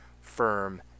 firm